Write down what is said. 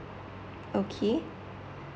okay